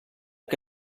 que